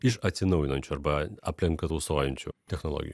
iš atsinaujinančių arba aplinką tausojančių technologijų